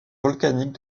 volcaniques